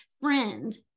friend